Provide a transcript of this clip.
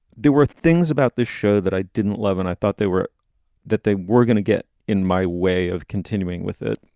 there were things about this show that i didn't love and i thought they were that they were going to get in my way of continuing with it.